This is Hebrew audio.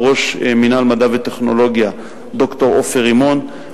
הוא ראש מינהל מדע וטכנולוגיה ד"ר עופר רימון.